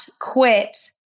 quit